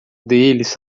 deles